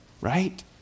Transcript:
right